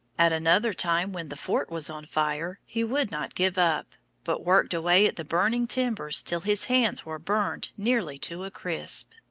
at another time when the fort was on fire he would not give up but worked away at the burning timbers till his hands were burned nearly to a crisp.